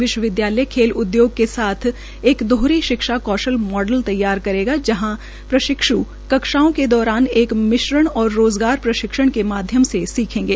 विश्वविद्यालय खेल उद्योग के साथ एक दोहरी शिक्षा कौशल मॉडल तैयार करेगा जहां प्रशिक्षाओं के दौरान एक मिश्रण और रोजगार प्रशिक्षण के माध्यम से सीखेंगे